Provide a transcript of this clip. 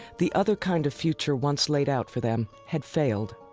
the other kind of future once laid out for them had failed.